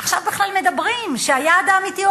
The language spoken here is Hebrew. עכשיו בכלל מדברים שהיעד האמיתי הוא